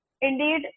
indeed